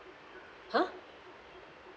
!huh!